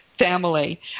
Family